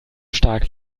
stark